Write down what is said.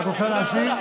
את רוצה להשיב?